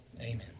Amen